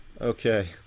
okay